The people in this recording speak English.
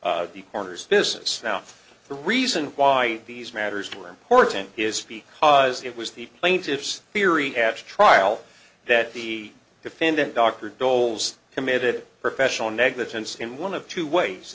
f the coroner's business now the reason why these matters were important is speak as it was the plaintiff's theory hatched trial that the defendant dr dole's committed professional negligence in one of two ways